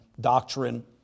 doctrine